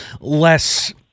less